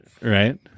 right